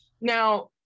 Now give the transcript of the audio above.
now